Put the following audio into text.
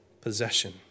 possession